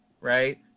Right